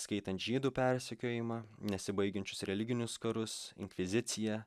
skaitant žydų persekiojimą nesibaigiančius religinius karus inkviziciją